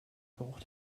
geruch